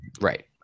Right